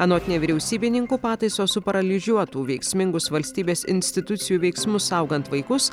anot nevyriausybininkų pataisos suparalyžiuotų veiksmingus valstybės institucijų veiksmus saugant vaikus